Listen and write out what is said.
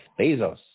Bezos